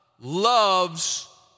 loves